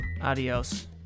Adios